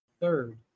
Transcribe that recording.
third